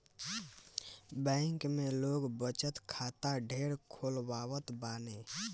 bank में लोग बचत खाता ढेर खोलवावत बाने